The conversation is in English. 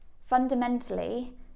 Fundamentally